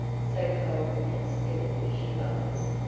so cold and still she lies?